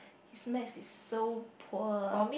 his mathematics is so poor